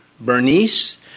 Bernice